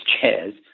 chairs